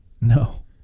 No